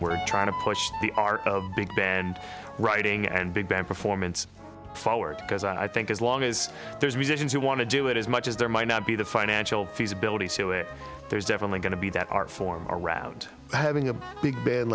we're trying to push the art of big band writing and big band performance because i think as long as there's musicians who want to do it as much as there might not be the financial feasibility so it there's definitely going to be that art form around having a big band